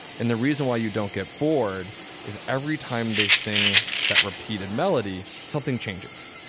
and the reason why you don't get bored is every time they sing that repeated melody, something changes.